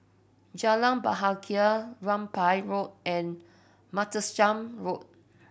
Jalan Bahagia Rambai Road and Martlesham Road